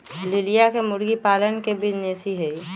लिलिया के मुर्गी पालन के बिजीनेस हई